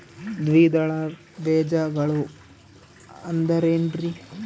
ದ್ವಿದಳ ಬೇಜಗಳು ಅಂದರೇನ್ರಿ?